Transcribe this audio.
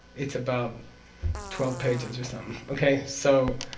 it's about twelve pages or something, okay? so,